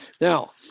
Now